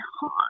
hot